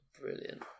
Brilliant